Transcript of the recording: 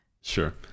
Sure